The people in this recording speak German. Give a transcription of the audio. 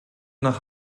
nach